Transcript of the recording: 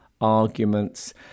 arguments